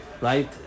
right